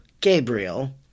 Gabriel